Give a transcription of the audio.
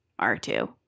R2